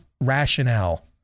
rationale